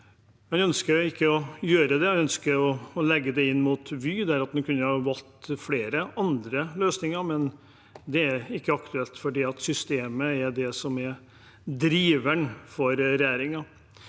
Man ønsker ikke å gjøre det. Man ønsker å legge det inn under Vy. Man kunne valgt flere andre løsninger, men det er ikke aktuelt fordi systemet er det som er driveren for regjeringen.